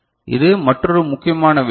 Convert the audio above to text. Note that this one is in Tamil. இது மற்றொரு முக்கியமான விஷயம்